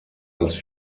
als